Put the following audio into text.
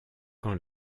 quand